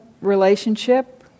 relationship